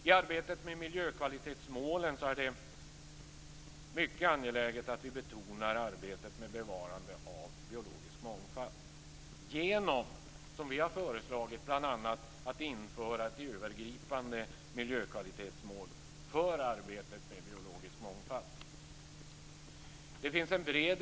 I arbetet med miljökvalitetsmålen är det mycket angeläget att vi betonar arbetet med bevarande av biologisk mångfald bl.a. genom att, som vi har föreslagit, införa ett övergripande miljökvalitetsmål för arbetet med biologisk mångfald.